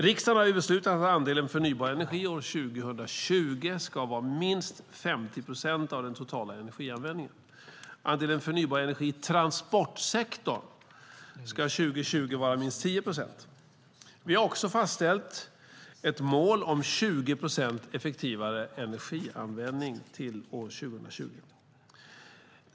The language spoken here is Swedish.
Riksdagen har beslutat att andelen förnybar energi år 2020 ska vara minst 50 procent av den totala energianvändningen. Andelen förnybar energi i transportsektorn ska år 2020 vara minst 10 procent. Vi har också fastställt ett mål om 20 procent effektivare energianvändning till år 2020.